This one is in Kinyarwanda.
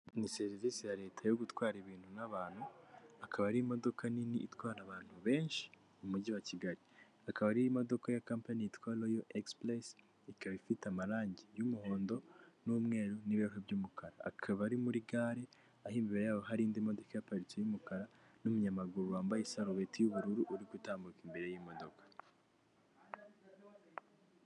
Ni serivisi ya leta yo gutwara ibintu n'abantu akaba ari imodoka nini itwara abantu benshi mu mujyi wa Kigali, akaba ari imodoka ya kampani yitwa royo egisupuresi ikaba ifite amarangi y'umuhondo n'umweru n'ibirahuri by'umukara, akaba ari muri gare aho imbere yaho hari indi modoka ihaparitse y'umukara n'umunyamaguru wambaye isarubeti y'ubururu uri gutambuka imbere y'imodoka.